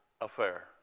affair